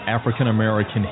African-American